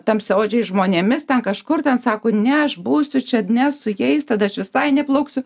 tamsiaodžiais žmonėmis ten kažkur ten sako ne aš busiu čia ne su jais tada aš visai neplauksiu